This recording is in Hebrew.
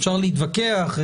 אפשר להתווכח,